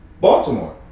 Baltimore